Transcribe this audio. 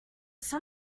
sun